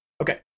okay